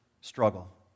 struggle